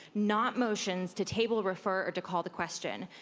not motions, to table, refer, or to call the question.